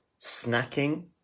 snacking